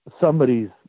somebody's